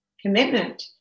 Commitment